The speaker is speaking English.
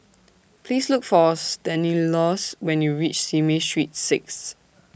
Please Look For Stanislaus when YOU REACH Simei Street six